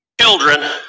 Children